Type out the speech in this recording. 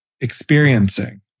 experiencing